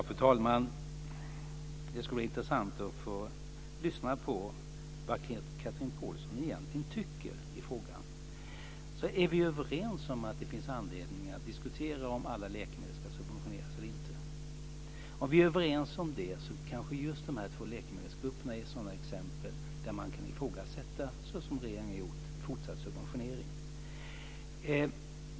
Fru talman! Det skulle vara intressant att få lyssna på vad Chatrine Pålsson egentligen tycker i frågan. Är vi överens om att det finns anledning att diskutera om alla läkemedel ska subventioneras eller inte? Om vi är överens om det är vi kanske överens om att just dessa två läkemedelsgrupper är exempel på läkemedelsgrupper där man kan ifrågasätta, såsom regeringen har gjort, fortsatt subventionering.